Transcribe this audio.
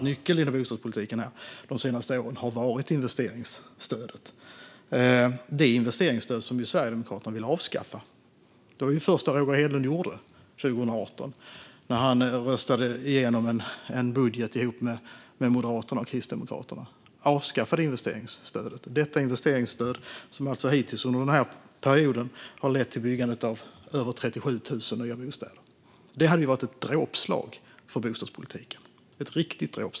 Nyckeln inom bostadspolitiken de senaste åren har varit investeringsstödet, alltså det investeringsstöd som Sverigedemokraterna vill avskaffa. Det var ju det första Roger Hedlund gjorde 2018 när han röstade igenom en budget ihop med Moderaterna och Kristdemokraterna. Han avskaffade investeringsstödet, det investeringsstöd som hittills under den här perioden har lett till byggandet av över 37 000 nya bostäder. Det hade varit ett dråpslag för bostadspolitiken.